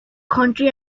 country